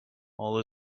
all